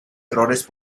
errores